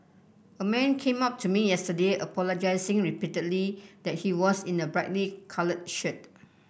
a man came up to me yesterday apologising repeatedly that he was in a brightly coloured shirt